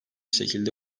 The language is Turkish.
şekilde